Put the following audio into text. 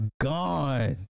gone